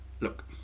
look